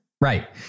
Right